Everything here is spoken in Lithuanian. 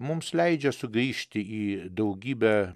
mums leidžia sugrįžti į daugybę